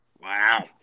Wow